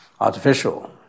artificial